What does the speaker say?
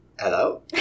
hello